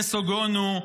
נסוגונו,